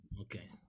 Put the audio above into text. Okay